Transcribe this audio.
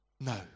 No